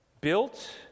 Built